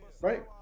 Right